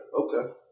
Okay